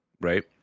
Right